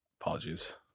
Apologies